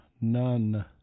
none